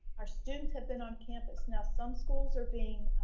our students have been on campus. now, some schools are being,